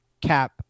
cap